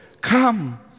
come